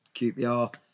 QPR